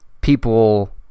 people